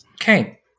Okay